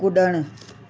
कुॾणु